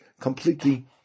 completely